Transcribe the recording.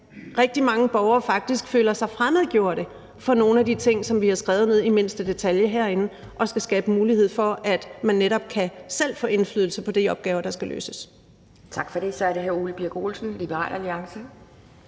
rigtig mange borgere faktisk føler sig fremmedgjort over for nogle af de ting, som vi har skrevet ned i mindste detalje herinde, og i forhold til at skabe mulighed for, at man netop selv kan få indflydelse på de opgaver, der skal løses.